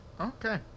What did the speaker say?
Okay